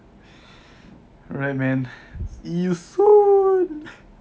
alright man see you soon